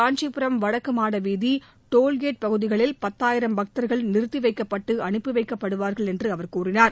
காஞ்சிபுரம் வடக்கு மாடவீதி டோல்கேட் பகுதிகளில் பத்தாயிரம் பக்தர்கள் நிறுத்தி வைக்கப்பட்டு அனுப்பி வைக்கப்படுவார்கள் என்று அவர் கூறினார்